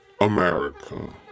America